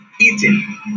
eating